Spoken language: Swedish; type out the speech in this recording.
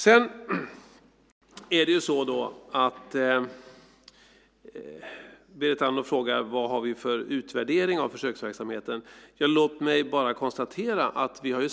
Sedan frågade Berit Andnor vilken utvärdering som vi har gjort av försöksverksamheten. Låt mig bara konstatera att vi